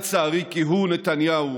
לצערי, כי הוא, נתניהו,